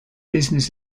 business